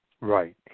Right